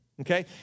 okay